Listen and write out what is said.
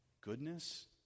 goodness